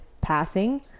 passing